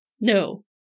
No